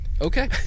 Okay